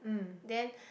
then